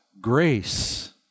grace